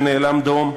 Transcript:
שנאלם דום,